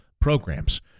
programs